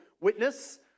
witness